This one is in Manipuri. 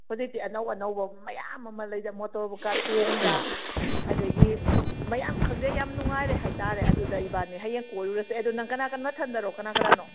ꯍꯧꯖꯤꯛꯇꯤ ꯑꯅꯧ ꯑꯅꯧꯕ ꯃꯌꯥꯝ ꯑꯃ ꯂꯩꯗ ꯃꯣꯇꯔ ꯕꯣꯠꯀ ꯇꯣꯡꯗ ꯑꯗꯒꯤ ꯃꯌꯥꯝ ꯈꯪꯗꯦ ꯌꯥꯝ ꯅꯨꯡꯉꯥꯏꯔꯦ ꯍꯥꯏꯇꯥꯔꯦ ꯑꯗꯨꯗ ꯏꯕꯅꯤ ꯍꯌꯦꯡ ꯀꯣꯏꯔꯨꯔꯁꯦ ꯑꯗꯣ ꯅꯪ ꯀꯅꯥ ꯀꯅꯥ ꯅꯊꯟꯗꯔꯣ ꯀꯅꯥ ꯀꯅꯥꯅꯣ